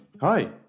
Hi